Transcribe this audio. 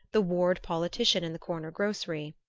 the ward politician in the corner grocery.